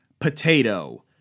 potato